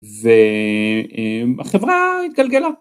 ו...אה... החברה התגלגלה